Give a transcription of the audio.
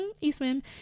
Eastman